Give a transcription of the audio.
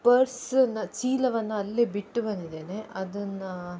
ಪರ್ಸನ್ನ ಚೀಲವನ್ನು ಅಲ್ಲೇ ಬಿಟ್ಟು ಬಂದಿದ್ದೇನೆ ಅದನ್ನು